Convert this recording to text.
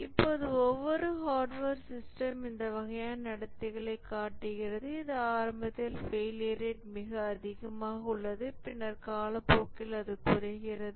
இப்போது ஒவ்வொரு hardware system இந்த வகையான நடத்தைகளைக் காட்டுகிறது இது ஆரம்பத்தில் ஃபெயிலியர் ரேட் மிக அதிகமாக உள்ளது பின்னர் காலப்போக்கில் அது குறைகிறது